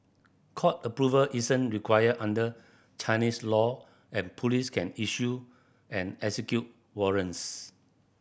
court approval isn't required under Chinese law and police can issue and execute warrants